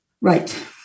Right